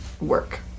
work